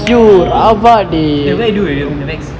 eh where you do the navex